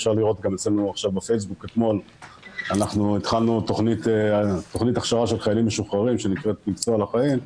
אנחנו התחלנו תוכנית הכשרה של חיילים משוחררים שנקראת "מקצוע לחיים",